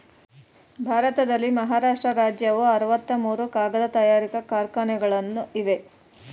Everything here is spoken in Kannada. ಭಾರತದಲ್ಲಿ ಮಹಾರಾಷ್ಟ್ರ ರಾಜ್ಯವು ಅರವತ್ತ ಮೂರು ಕಾಗದ ತಯಾರಿಕಾ ಕಾರ್ಖಾನೆಗಳನ್ನು ಇವೆ